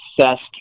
obsessed